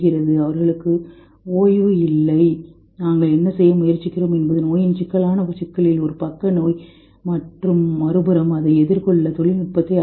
அவர்களுக்கு ஓய்வு இல்லை நாங்கள் என்ன செய்ய முயற்சிக்கிறோம் என்பது நோயின் சிக்கலான சிக்கலில் ஒரு பக்க நோய் மற்றும் மறுபுறம் அதை எதிர்கொள்ள தொழில்நுட்பத்தை அதிகரிக்கும்